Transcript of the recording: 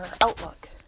outlook